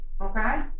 okay